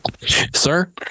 Sir